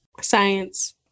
Science